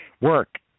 work